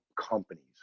companies